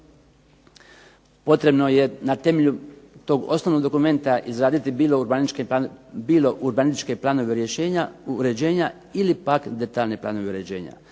potrebno je na temelju tog osnovnog dokumenta izraditi bilo urbanističke planove rješenja, uređenja, ili pak detaljne planove uređenja.